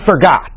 forgot